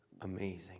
amazing